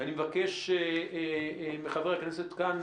ואני מבקש מחברי הכנסת כאן,